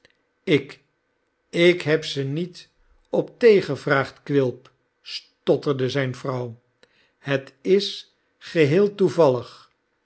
ik ik heb ze niet op thee gevraagd quilp stotterde zijne vrouw het is geheel toevallig